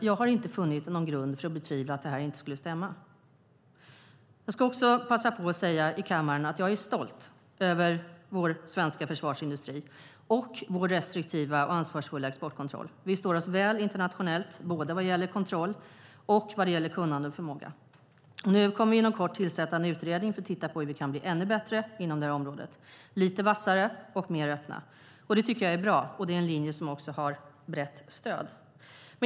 Jag har inte funnit grund för att betvivla att det skulle stämma. Jag är stolt över vår svenska försvarsindustri och vår restriktiva och ansvarsfulla exportkontroll. Vi står oss väl internationellt både vad gäller kontroll och vad gäller kunnande och förmåga. Vi kommer inom kort tillsätta en utredning för att titta på hur vi kan bli ännu bättre inom detta område, lite vassare och mer öppna. Det är bra, och det är en linje som också har brett stöd.